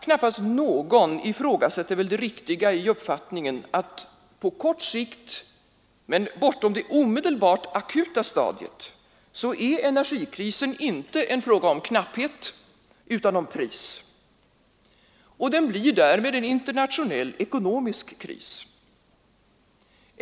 Knappast någon ifrågasätter väl det riktiga i uppfattningen att på kort sikt, men bortom det omedelbart akuta stadiet, är energikrisen inte en fråga om knapphet utan om pris. Den blir därmed en internationell ekonomisk kris.